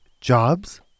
jobs